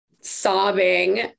sobbing